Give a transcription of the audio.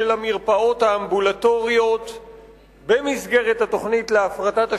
של המרפאות האמבולטוריות במסגרת התוכנית להפרטת השירות,